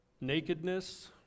Nakedness